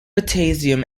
potassium